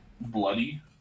bloody